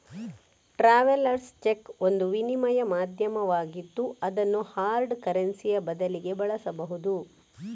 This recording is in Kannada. ಟ್ರಾವೆಲರ್ಸ್ ಚೆಕ್ ಒಂದು ವಿನಿಮಯ ಮಾಧ್ಯಮವಾಗಿದ್ದು ಅದನ್ನು ಹಾರ್ಡ್ ಕರೆನ್ಸಿಯ ಬದಲಿಗೆ ಬಳಸಬಹುದು